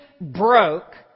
broke